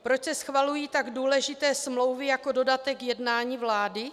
Proč se schvalují tak důležité smlouvy jako dodatek jednání vlády?